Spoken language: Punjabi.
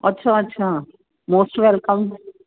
ਅੱਛਾ ਅੱਛਾ ਮੋਸਟ ਵੈਲਕਮ